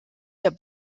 der